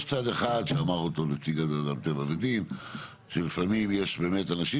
יש צד אחד שאמר אותו נציג האדריכלים שלפעמים יש באמת אנשים